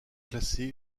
classé